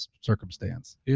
circumstance